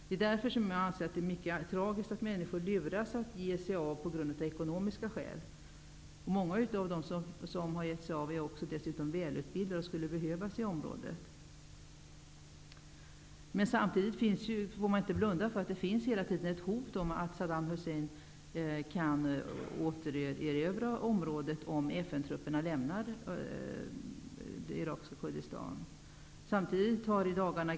Det är därför mycket tragiskt att människor lu ras att av ekonomiska skäl ge sig av. Många av dem som gett sig av är välutbildade och skulle be hövas i området. Men samtidigt får man inte blunda för att det hela tiden finns ett hot om att Saddam Hussein kan återerövra området om FN-trupperna lämnar det irakiska Kurdistan.